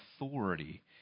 authority